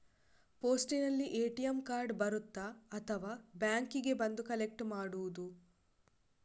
ಪೋಸ್ಟಿನಲ್ಲಿ ATM card ಬರುತ್ತಾ ಅಥವಾ ಬ್ಯಾಂಕಿಗೆ ಬಂದು ಕಲೆಕ್ಟ್ ಮಾಡುವುದು?